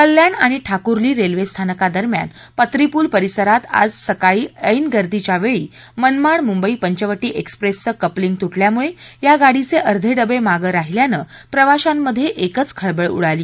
कल्याण आणि ठाकूर्ली रेल्वे स्थानकादरम्यान पत्रीपूल परिसरात आज सकाळी ऐन गर्दीच्या वेळी मनमाड मृंबई पंचवटी एक्स्प्रेसचं कपलिंग तुटल्यामुळे या गाडीचे अधे डबे मागं राहिल्यानं प्रवाशांमध्ये एकच खळबळ उडाली